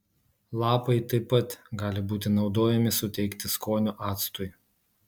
lapai taip pat gali būti naudojami suteikti skonio actui